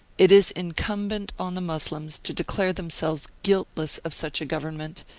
it is incumbent on the moslems to declare them selves guiltless of such a government,